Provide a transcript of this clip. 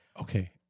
Okay